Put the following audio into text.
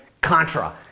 Contra